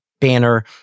banner